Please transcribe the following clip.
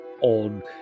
on